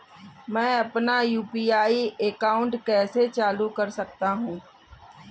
मैं अपना UPI account कैसे चालू कर सकता हूँ?